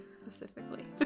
Specifically